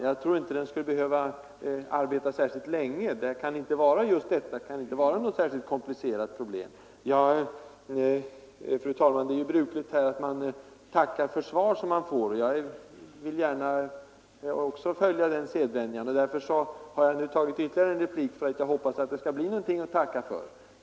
Jag tror inte den skulle behöva arbeta särskilt länge. Detta kan inte vara något särskilt komplicerat problem. Fru talman! Det är ju brukligt här i kammaren att tacka för svar som man får. Jag vill gärna också följa den sedvänjan. Jag har nu begärt ytterligare en replik därför att jag hoppades att det skulle bli någonting att tacka för.